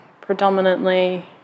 predominantly